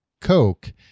Coke